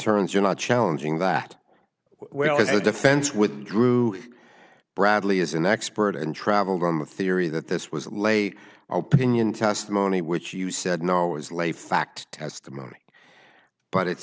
turns you're not challenging that well is the defense with drew bradley is an expert and traveled on the theory that this was late i'll pinion testimony which you said no it was les fact testimony but it